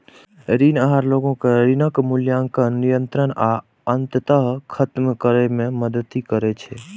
ऋण आहार लोग कें ऋणक मूल्यांकन, नियंत्रण आ अंततः खत्म करै मे मदति करै छै